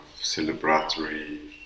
celebratory